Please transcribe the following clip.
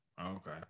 Okay